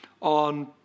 on